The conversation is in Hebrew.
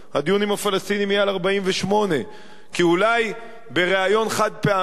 הדיון עם הפלסטינים יהיה על 48'. אולי בריאיון חד-פעמי,